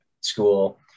school